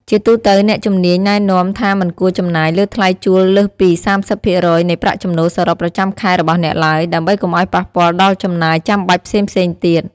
ជាទូទៅ អ្នកជំនាញណែនាំថាមិនគួរចំណាយលើថ្លៃជួលលើសពី ៣០ភាគរយ នៃប្រាក់ចំណូលសរុបប្រចាំខែរបស់អ្នកឡើយ ដើម្បីកុំឱ្យប៉ះពាល់ដល់ចំណាយចាំបាច់ផ្សេងៗទៀត។